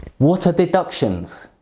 what are deductions?